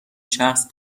شخص